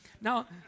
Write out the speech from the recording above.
Now